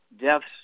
deaths